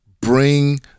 bring